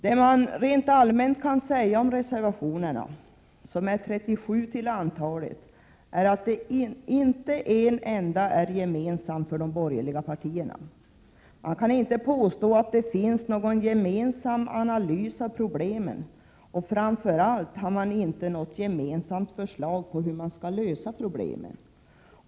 Det som allmänt kan sägas om reservationerna, som är 37 till antalet, är att inte en enda är gemensam för de borgerliga partierna. Man kan inte påstå att det finns någon gemensam analys av problemen, och framför finns det inte något gemensamt förslag om hur problemen skall lösas.